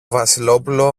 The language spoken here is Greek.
βασιλόπουλο